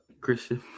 Christian